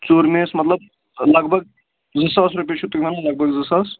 ژور مےٚ ٲس مطلب لگ بگ زٕ ساس رۄپیہِ چھُو تُہۍ وَنان لگ بگ زٕ ساس